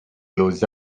blows